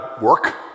work